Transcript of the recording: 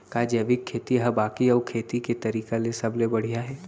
का जैविक खेती हा बाकी अऊ खेती के तरीका ले सबले बढ़िया हे?